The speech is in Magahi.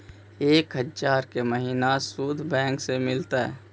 एक हजार के महिना शुद्ध बैंक से मिल तय?